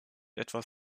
etwas